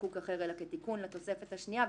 חיקוק אחר אלא כתיקון לתוספת השנייה.